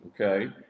okay